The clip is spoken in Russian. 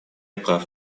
прав